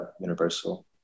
Universal